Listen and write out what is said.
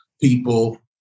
people